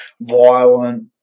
violent